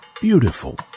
beautiful